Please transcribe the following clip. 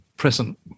Present